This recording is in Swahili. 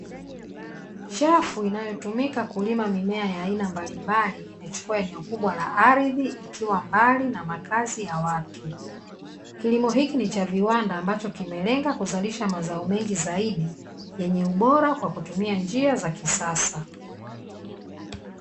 Chafu inayotumika kulima mimea mbalimbali, imechukua eneo kubwa la ardhi ikiwa mbali na makazi ya watu. Kilimo hiki ni cha viwanda ambacho kimelenga kuzalisha mazao mengi zaidi yenye ubora kwa kutumia njia za kisasa.